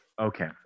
Okay